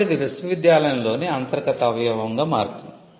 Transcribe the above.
కాబట్టి ఇది విశ్వవిద్యాలయంలోని అంతర్గత అవయవంగా మారుతుంది